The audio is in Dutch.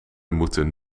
moeten